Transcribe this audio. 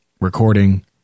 recording